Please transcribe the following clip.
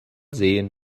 sehen